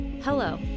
Hello